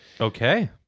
Okay